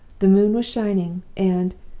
the moon was shining and,